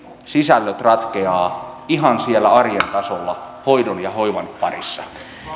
sisällöt ratkeavat ihan siellä arjen tasolla hoidon ja hoivan parissa